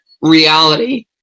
reality